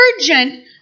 urgent